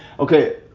okay?